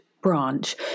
branch